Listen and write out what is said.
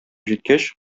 җиткәч